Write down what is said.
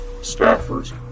staffers